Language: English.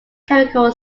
chemical